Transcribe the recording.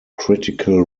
critical